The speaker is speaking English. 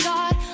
God